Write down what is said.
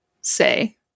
say